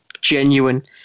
genuine